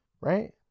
right